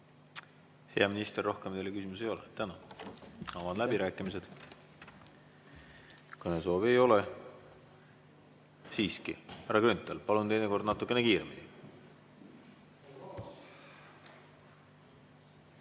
Hea minister, rohkem teile küsimusi ei ole. Tänan! Avan läbirääkimised. Kõnesoove ei ole. Siiski ... Härra Grünthal, palun teinekord natukene kiiremini!